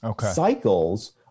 Cycles